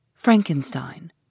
Frankenstein